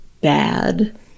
bad